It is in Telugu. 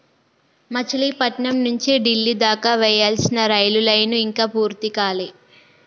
మచిలీపట్నం నుంచి డిల్లీ దాకా వేయాల్సిన రైలు లైను ఇంకా పూర్తి కాలే